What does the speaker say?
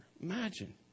imagine